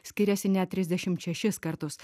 skiriasi net trisdešimt šešis kartus